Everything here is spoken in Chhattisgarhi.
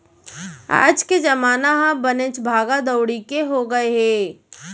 आज के जमाना ह बनेच भागा दउड़ी के हो गए हे